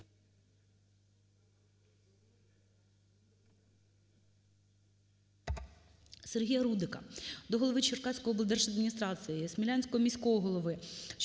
Сергія Рудика